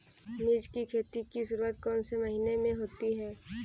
मिर्च की खेती की शुरूआत कौन से महीने में होती है?